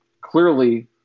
clearly